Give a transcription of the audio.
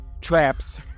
traps